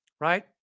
Right